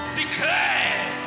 declare